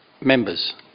Members